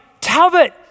Talbot